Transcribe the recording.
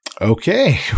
Okay